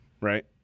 right